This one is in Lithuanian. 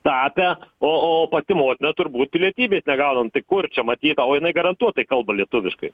tapę o o pati motina turbūt pilietybės negauna nu tai kur čia matyta o jinai garantuotai kalba lietuviškai